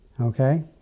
Okay